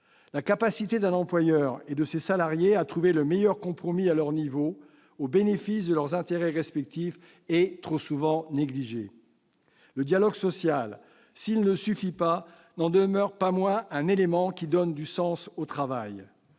La capacité d'un employeur et de ses salariés à trouver le meilleur compromis à leur niveau, au bénéfice de leurs intérêts respectifs, est trop souvent négligée. Le dialogue social, s'il ne suffit pas, n'en demeure pas moins un élément qui donne du sens au travail.